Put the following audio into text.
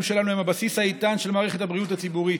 שלנו הם הבסיס האיתן של מערכת הבריאות הציבורית,